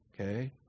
Okay